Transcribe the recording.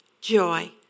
joy